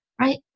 Right